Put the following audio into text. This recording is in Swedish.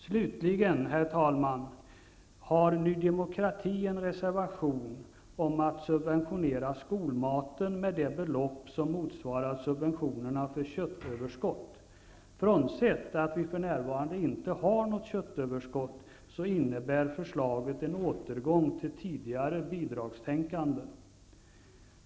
Slutligen har, herr talman, Ny demokrati en reservation om att subventionera skolmaten med det belopp som motsvarar subventionerna för köttöverskott. Frånsett att vi för närvarande inte har något köttöverskott innebär förslaget en återgång till tidigare bidragstänkande.